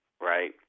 right